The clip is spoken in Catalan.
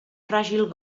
fràgil